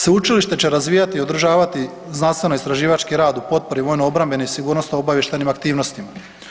Sveučilište će razvijati i održavati znanstveno istraživački rad u potpori vojno obrambene i sigurnosno obavještajnim aktivnostima.